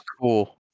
cool